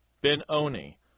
Benoni